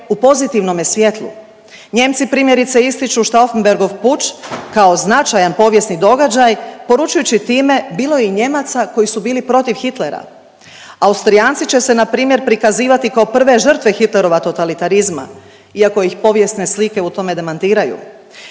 u pozitivnome svjetlu. Nijemci primjerice ističu Štaufenbergov puč kao značajan povijesni događaj poručujući time bilo je i Nijemaca koji su bili protiv Hitlera. Austrijanci će se na primjer prikazivati kao prve žrtve Hitlerova totalitarizma, iako ih povijesne slike u tome demantiraju.